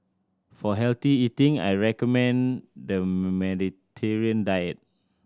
for healthy eating I recommend the Mediterranean diet